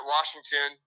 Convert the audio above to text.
Washington